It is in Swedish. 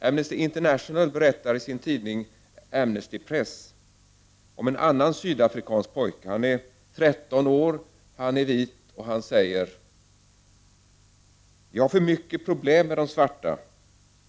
Amnesty International berättar i sin tidning Amnesty Press om en annan sydafrikansk pojke. Han är 13 år, han är vit, och han säger: ”Vi har för mycket problem på grund av de svarta.